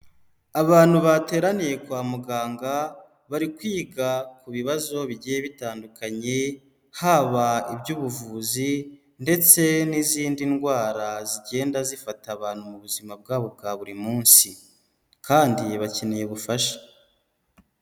Abantu bateraniye kwa muganga bari kwiga ku bibazo bigiye bitandukanye, haba iby'ubuvuzi ndetse n'izindi ndwara zigenda zifata abantu mu buzima bwabo bwa buri munsi kandi bakeneye ubufasha.